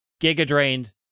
giga-drained